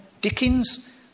Dickens